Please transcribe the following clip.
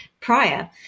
prior